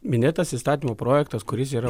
minėtas įstatymo projektas kuris yra